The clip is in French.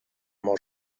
mon